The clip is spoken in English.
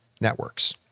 networks